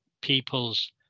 people's